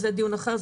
זה דיון אחר.